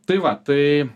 tai va tai